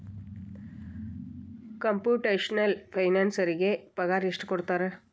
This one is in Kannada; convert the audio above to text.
ಕಂಪುಟೆಷ್ನಲ್ ಫೈನಾನ್ಸರಿಗೆ ಪಗಾರ ಎಷ್ಟ್ ಕೊಡ್ತಾರ?